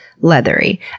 leathery